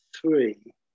three